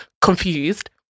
confused